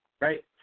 Right